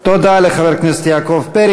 תודה לחבר הכנסת יעקב פרי.